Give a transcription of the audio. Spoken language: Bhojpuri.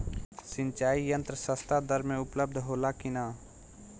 सिंचाई यंत्र सस्ता दर में उपलब्ध होला कि न?